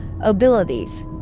abilities